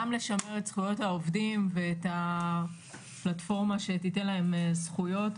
גם לשמר את זכויות העובדים ואת הפלטפורמה שתיתן להם זכויות.